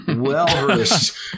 well-versed